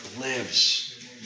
lives